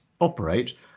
operate